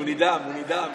הוא נדהם.